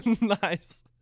Nice